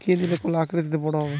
কি দিলে কলা আকৃতিতে বড় হবে?